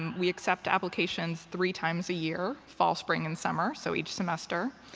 and we accept applications three times a year fall, spring, and summer so each semester.